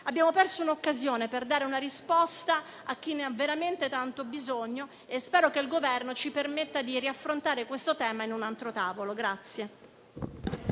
abbiamo perso un'occasione per dare una risposta a chi ne ha veramente tanto bisogno e spero che il Governo ci permetta di affrontare di nuovo questo tema in un altro tavolo.